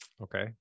Okay